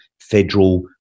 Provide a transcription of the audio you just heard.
federal